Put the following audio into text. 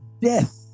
Death